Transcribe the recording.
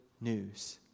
news